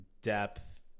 Depth